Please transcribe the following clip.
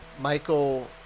Michael